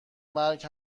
مرگت